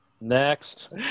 Next